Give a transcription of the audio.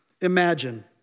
Imagine